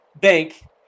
bank